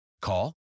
Call